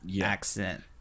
accent